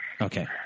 Okay